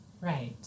Right